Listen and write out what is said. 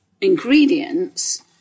ingredients